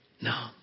No